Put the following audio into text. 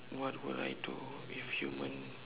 what would I do if human